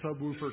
subwoofer